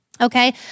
Okay